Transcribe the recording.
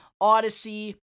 Odyssey